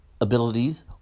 abilities